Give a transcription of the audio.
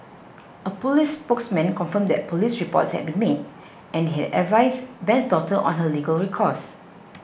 a police spokesman confirmed that police reports had been made and had advised Ben's daughter on her legal recourse